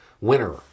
winner